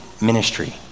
ministry